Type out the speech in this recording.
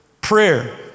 prayer